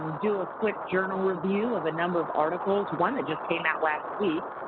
do a quick journal review of a number of articles, one that just came out last week.